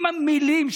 עם המילים,